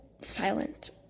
silent